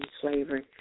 slavery